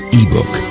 ebook